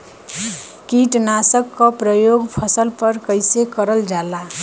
कीटनाशक क प्रयोग फसल पर कइसे करल जाला?